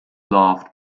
loved